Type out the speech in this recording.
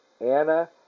Anna